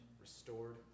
restored